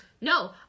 No